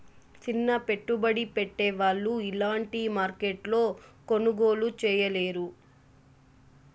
సిన్న పెట్టుబడి పెట్టే వాళ్ళు అలాంటి మార్కెట్లో కొనుగోలు చేయలేరు